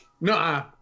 No